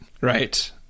right